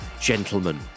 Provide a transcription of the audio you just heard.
Gentlemen